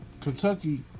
Kentucky